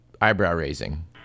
eyebrow-raising